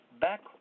back